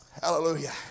Hallelujah